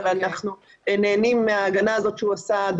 אנחנו נהנים עד היום מההגנה הזאת שהוא עשה.